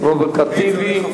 רבותי,